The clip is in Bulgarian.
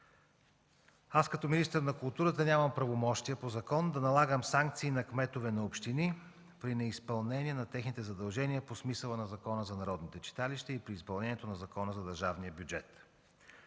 Аз като министър на културата нямам правомощия по закон да налагам санкция на кметове на общини при неизпълнение на техните задължения по смисъла на Закона за народните читалища и при изпълнението на Закона за държавния бюджет.